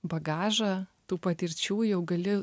bagažą tų patirčių jau gali